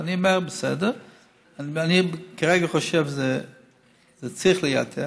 אני אומר שאני כרגע חושב שזה צריך לייתר.